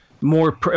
More